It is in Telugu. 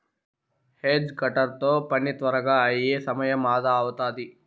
హేజ్ కటర్ తో పని త్వరగా అయి సమయం అదా అవుతాది